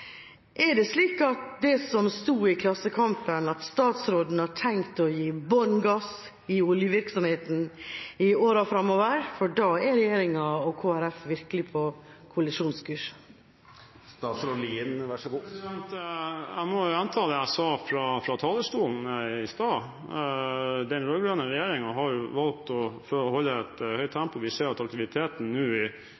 Er det slik som det sto i Klassekampen, at statsråden har tenkt å gi «bånn gass» i oljevirksomheten i årene fremover? Da er regjeringa og Kristelig Folkeparti virkelig på kollisjonskurs. Jeg må gjenta det jeg sa fra talerstolen i stad, at den rød-grønne regjeringen valgte å holde et høyt